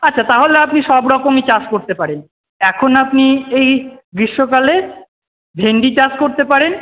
আচ্ছা তাহলে আপনি সবরকমই চাষ করতে পারেন এখন আপনি এই গ্রীষ্মকালে ভেন্ডি চাষ করতে পারেন